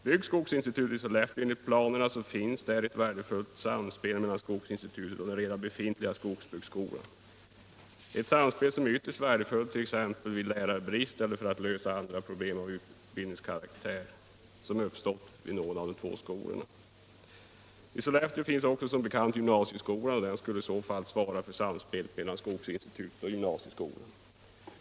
Byggs skogsinstitutet i Sollefteå enligt planerna, finns det möjligheter till ett värdefullt samspel mellan skogsinstitutet och den redan befintliga skogsbruksskolan, ett samspel som är mycket värdefullt vid t.ex. lärarbrist eller för att lösa andra problem av utbildningskaraktär som uppstår vid någon av de två skolorna. I Sollefteå finns som bekant också gymnasieskola, och den skulle svara för samspelet mellan skogsinstitutet och gymnasieskolan.